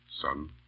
Son